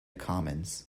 commons